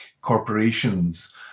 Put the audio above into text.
corporations